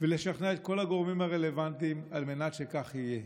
ולשכנע את כל הגורמים הרלוונטיים על מנת שכך יהיה.